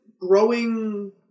growing